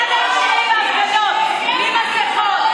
אחד על השני בהפגנות, בלי מסכות.